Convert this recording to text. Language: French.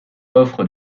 offre